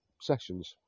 sessions